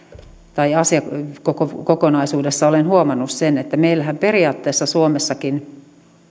asiakokonaisuudessa olen huomannut sen että meillähän periaatteessa suomessakin